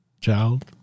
child